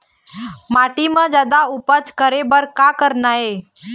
माटी म जादा उपज करे बर का करना ये?